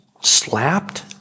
slapped